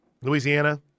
Louisiana